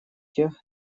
тех